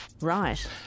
Right